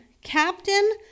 captain